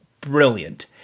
brilliant